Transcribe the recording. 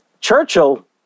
Churchill